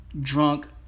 drunk